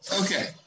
Okay